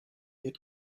had